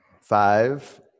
five